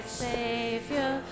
savior